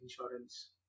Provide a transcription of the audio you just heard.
Insurance